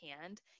hand